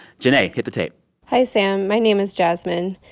jinae, hit the tape hi, sam. my name is jasmine.